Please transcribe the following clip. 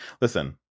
listen